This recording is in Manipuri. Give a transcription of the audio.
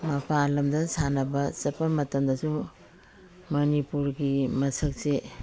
ꯃꯄꯥꯟ ꯂꯝꯗ ꯁꯥꯟꯅꯕ ꯆꯠꯄ ꯃꯇꯝꯗꯁꯨ ꯃꯅꯤꯄꯨꯔꯒꯤ ꯃꯁꯛꯁꯦ